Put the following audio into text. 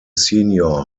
senior